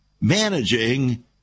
managing